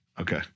Okay